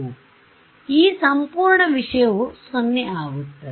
ಆದ್ದರಿಂದ ಈ ಸಂಪೂರ್ಣ ವಿಷಯವು 0 ಆಗಿತ್ತು